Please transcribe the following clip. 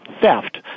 theft